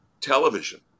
television